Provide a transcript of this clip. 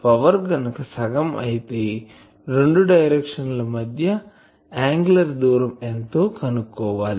power గనుక సగం అయితే రెండు డైరెక్షన్స్ మధ్య యాంగిలార్ దూరం ఎంతో కనుక్కోవాలి